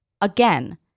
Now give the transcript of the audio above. Again